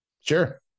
Sure